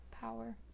power